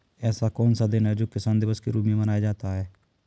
ऐसा कौन सा दिन है जो किसान दिवस के रूप में मनाया जाता है?